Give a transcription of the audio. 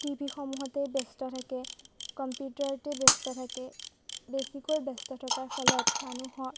টিভিসমূহতে ব্যস্ত থাকে কম্পিউটাৰতে ব্যস্ত থাকে বেছিকৈ ব্যস্ত থকাৰ ফলত মানুহৰ